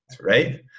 right